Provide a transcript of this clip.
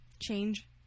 Change